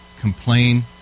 complain